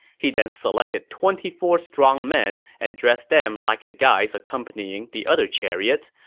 he then selected twenty four strong men and dressed them like the guys accompanying the other chariots.